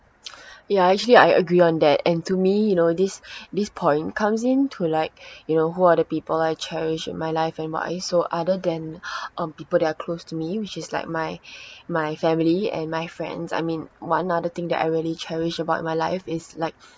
ya actually I agree on that and to me you know this this point comes in to like you know who are the people I cherish in my life and what I so other than um people that are close to me which is like my my family and my friends I mean one other thing that I really cherish about my life is like